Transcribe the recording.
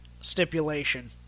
stipulation